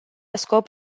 scop